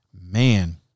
Man